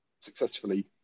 successfully